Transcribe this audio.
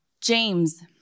James